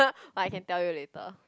but I can tell you later